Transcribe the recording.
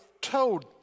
told